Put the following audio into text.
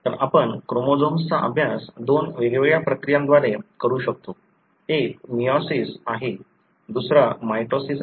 तर आपण क्रोमोझोम्सचा अभ्यास दोन वेगवेगळ्या प्रक्रियांद्वारे करू शकतो एक मेओसिस आहे दुसरा मायटोसिस आहे